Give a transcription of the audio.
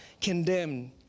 condemned